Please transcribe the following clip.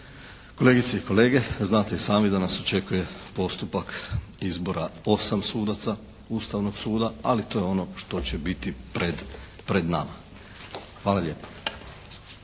Kolegice i kolege znate i sami da nas očekuje postupak izbora 8 sudaca Ustavnog suda, ali to je ono što će biti pred nama. Hvala lijepo.